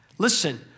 Listen